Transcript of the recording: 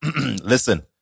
Listen